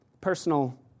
personal